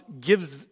gives